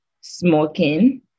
smoking